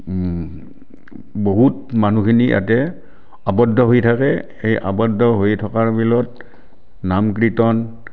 বহুত মানুহখিনি ইয়াতে আৱদ্ধ হৈ থাকে এই আৱদ্ধ হৈ থকাৰ বলত নাম কীৰ্তন